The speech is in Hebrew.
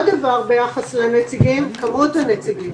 דבר נוסף לגבי הנציגים זה הכמות של הנציגים.